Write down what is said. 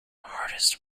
hardest